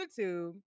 YouTube